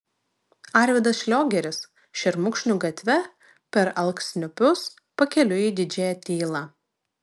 arvydas šliogeris šermukšnių gatve per alksniupius pakeliui į didžiąją tylą